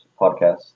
podcast